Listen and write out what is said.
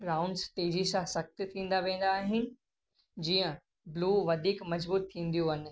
rounds तेजी सां सख्तु थींदा वेंदा आहिनि जीअं ब्लू वधीक मज़बूत थींदियूं आहिनि